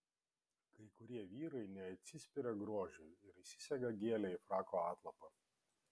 kai kurie vyrai neatsispiria grožiui ir įsisega gėlę į frako atlapą